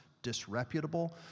disreputable